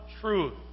Truth